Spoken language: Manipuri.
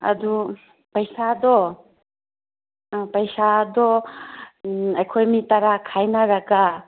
ꯑꯗꯨ ꯄꯩꯁꯥꯗꯣ ꯄꯩꯁꯥꯗꯣ ꯑꯩꯈꯣꯏ ꯃꯤ ꯇꯔꯥ ꯈꯥꯏꯅꯔꯒ